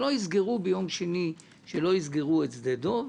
שלא יסגרו ביום שני את שדה דב,